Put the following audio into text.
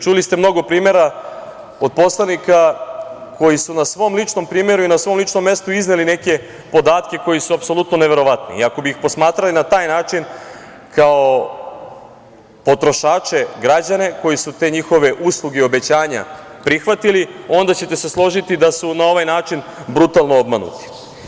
Čuli ste mnogo primera od poslanika koji su na svom ličnom primeru i na svom ličnom mestu izneli neke podatke koji su apsolutno neverovatni i ako bi ih posmatrali na taj način kao potrošače, građane koji su te njihove usluge i obećanja prihvatili, onda ćete se složiti da su na ovaj način brutalno obmanuti.